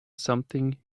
something